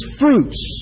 fruits